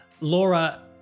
Laura